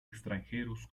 extranjeros